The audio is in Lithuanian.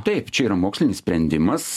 taip čia yra mokslinis sprendimas